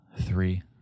three